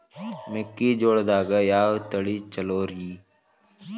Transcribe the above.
ಮೆಕ್ಕಿಜೋಳದಾಗ ಯಾವ ತಳಿ ಛಲೋರಿ?